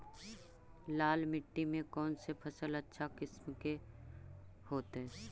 लाल मिट्टी में कौन से फसल अच्छा किस्म के होतै?